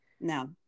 No